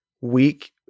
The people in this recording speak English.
weak